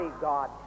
God